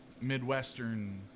Midwestern